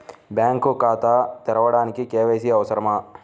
Bank ఖాతా తెరవడానికి KYC అవసరమా?